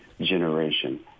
generation